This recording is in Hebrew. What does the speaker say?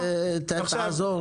תודה.